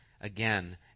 again